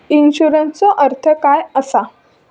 इन्शुरन्सचो अर्थ काय असा?